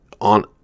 on